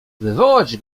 wywołać